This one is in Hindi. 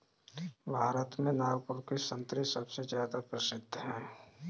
भारत में नागपुर के संतरे सबसे ज्यादा प्रसिद्ध हैं